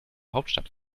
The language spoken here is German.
hauptstadt